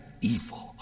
evil